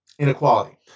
inequality